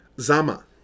Zama